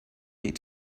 need